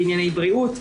בענייני בריאות,